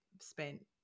spent